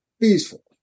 peaceful